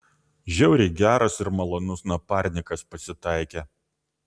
žiauriai geras ir malonus naparnikas pasitaikė